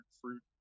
fruit